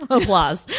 Applause